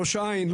ראש העין,